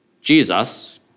Jesus